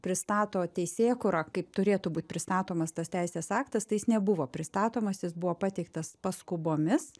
pristato teisėkura kaip turėtų būt pristatomas tas teisės aktas tai jis nebuvo pristatomas jis buvo pateiktas paskubomis